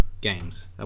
games